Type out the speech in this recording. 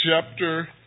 chapter